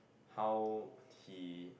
how he